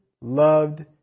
loved